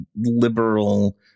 liberal